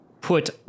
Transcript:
put